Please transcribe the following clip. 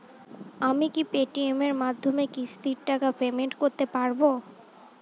আমি কি Paytm এর মাধ্যমে কিস্তির টাকা পেমেন্ট করতে পারব?